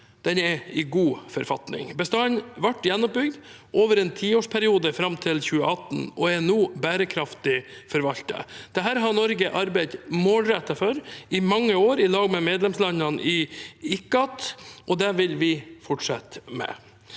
er i god forfatning. Bestanden ble gjenoppbygget over en tiårsperiode fram til 2018 og er nå bærekraftig forvaltet. Dette har Norge arbeidet målrettet for i mange år sammen med medlemslandene i ICCAT, og det vil vi fortsette med.